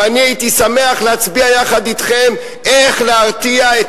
ואני הייתי שמח להצביע יחד אתכם איך להרתיע את